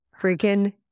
Freaking